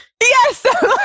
Yes